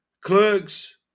Clerks